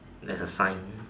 there's a sign